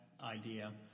idea